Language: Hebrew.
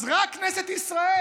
אז רק על כנסת ישראל